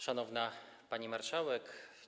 Szanowna Pani Marszałek!